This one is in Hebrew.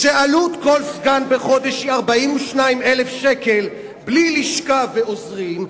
כשעלות כל סגן בחודש היא 42,000 ש"ח בלי לשכה ועוזרים,